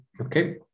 okay